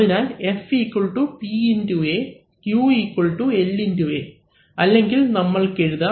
അതിനാൽ F P x A Q L x A അല്ലെങ്കിൽ നമ്മൾക്ക് എഴുതാം V Q A